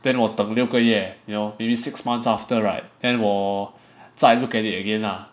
then 我等六个月 you know maybe six months after right then 我再 look at it again lah